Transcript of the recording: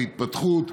בהתפתחות,